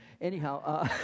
Anyhow